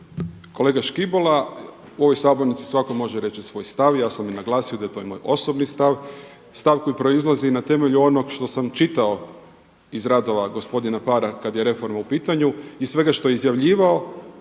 Kolega Škibola, u ovoj sabornici svatko može reći svoj stav i ja sam i naglasio da je to moj osobni stav, stav koji proizlazi na temelju onog što sam čitao iz radova gospodina Paara kada je reforma u pitanju i svega što je izjavljivao